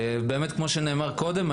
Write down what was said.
כמו שנאמר קודם,